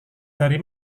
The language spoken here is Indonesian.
dari